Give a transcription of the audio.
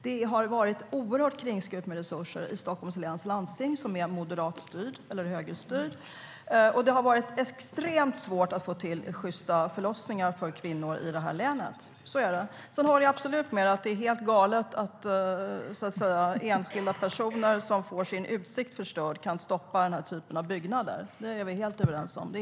Det har varit oerhört kringskuret med resurser i Stockholms läns landsting, som är högerstyrt, och det har varit extremt svårt att få till sjysta förlossningar för kvinnor i det här länet. Så är det. Sedan håller jag absolut med om att det är helt galet att enskilda personer som får sin utsikt förstörd kan stoppa den typen av byggnader. Det är vi helt överens om.